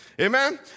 Amen